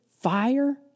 fire